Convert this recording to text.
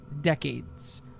Decades